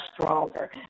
stronger